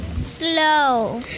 Slow